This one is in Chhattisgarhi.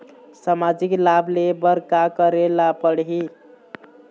सामाजिक लाभ ले बर का करे ला पड़ही?